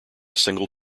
single